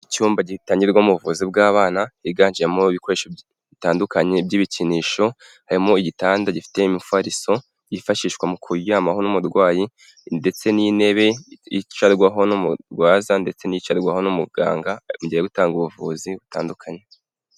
Icyumba gitangirwamo ubuvuzi bw'abana higanjemo ibikoresho bitandukanye by'ibikinisho, harimo igitanda gifite imifariso yifashishwa mu kuryamanaho n'umurwayi ndetse n'intebe yicarwaho n'umurwaza ndetse n'iyicarwaho n'umuganga igihe ari gutanga ubuvuzi butandukanye.